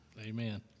Amen